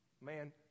Man